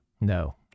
No